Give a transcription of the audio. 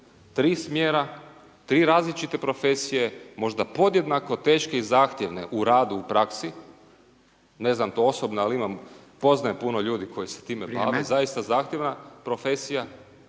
tri smjera, tri različite profesije, možda podjednako teške i zahtjevne u radu i praksi. Ne znam to osobno, ali imam poznajem puno ljudi koji se time bave, zaista zahtjevna profesija